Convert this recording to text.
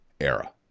era